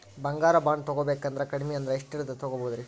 ಬಂಗಾರ ಬಾಂಡ್ ತೊಗೋಬೇಕಂದ್ರ ಕಡಮಿ ಅಂದ್ರ ಎಷ್ಟರದ್ ತೊಗೊಬೋದ್ರಿ?